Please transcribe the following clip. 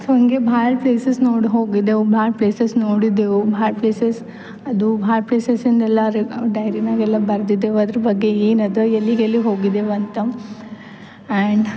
so ಹಾಗೆ ಭಾಳ places ನೋಡಿ ಹೋಗಿದ್ದೆವು ಭಾಳ ಪ್ಲೇಸಸ್ ನೋಡಿದ್ದೆವು ಭಾಳ ಪ್ಲೇಸಸ್ ಅದು ಭಾಳ ಪ್ಲೇಸಸ್ಸನ್ನೆಲ್ಲ ರಿವ್ ಡೈರಿನಾಗೆಲ್ಲ ಬರ್ದಿದ್ದೆವು ಅದ್ರ ಬಗ್ಗೆ ಏನದು ಎಲ್ಲಿಗೆಲ್ಲಿಗೆ ಹೋಗಿದ್ದೆವು ಅಂತ ಆ್ಯಂಡ್